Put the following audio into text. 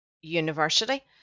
university